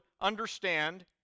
understand